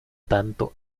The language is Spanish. tanto